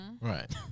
right